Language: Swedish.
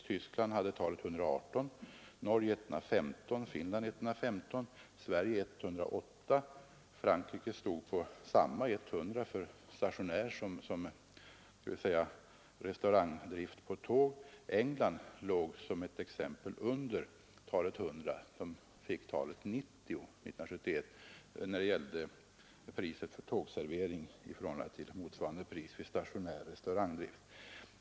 Tyskland hade talet 118, Norge 115, Finland 115 och Sverige 108. Frankrike stod på samma tal — 100 — för såväl stationär drift som restaurangdrift på tåg. England låg under talet 100 och fick talet 90.